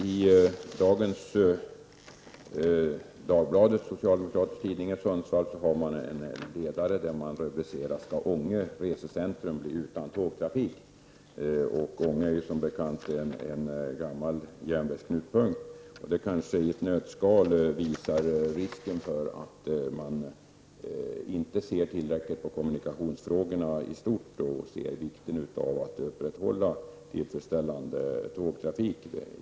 I dagens Dagbladet, socialdemokratisk tidning i Sundsvall, finns det en ledare där det står: Skall Ånge resecentrum bli utan tågtrafik? Ånge är som bekant en gammal järnvägsknutpunkt. Detta visar kanske i ett nötskal risken för att man inte ser tillräckligt på kommunikationsfrågorna i stort och vikten av att tillfredsställande tågtrafik upprätthålls.